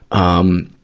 um,